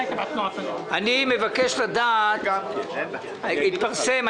אני מבקש לדעת התפרסם,